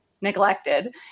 neglected